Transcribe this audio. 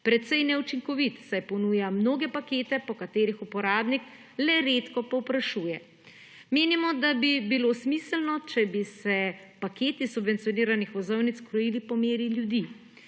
precej neučinkovit, saj ponuja mnoge pakete po katerih uporabnik le redko povprašuje. Menimo, da bi bilo smiselno, če bi se paketi subvencioniranih vozovnic kroji po meri ljudi.